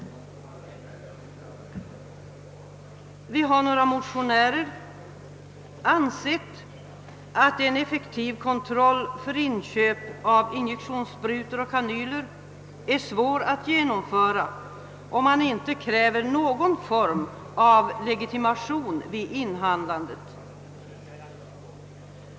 Vi motionärer har ansett att det är svårt att genomföra en effektiv kontroll av inköp av injektionssprutor och kanyler, om inte någon form av legitimation krävs vid inhandlandet.